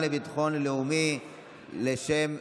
התשפ"ג 2023,